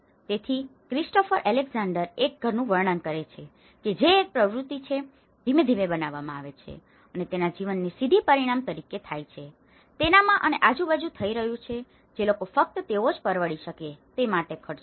તેથી Christopher Alexander એક ઘરનું વર્ણન કરે છે જે એક પ્રવૃત્તિ છે જે ધીમે ધીમે બનાવવામાં આવે છે તેના જીવનની સીધી પરિણામ તરીકે થાય છે જે તેનામાં અને આજુબાજુ થઈ રહ્યું છે જે લોકો ફક્ત તેઓ જ પરવડી શકે તે માટે ખર્ચ કરે છે